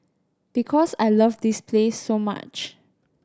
because I love this place so much